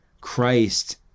Christ